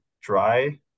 dry